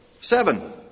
Seven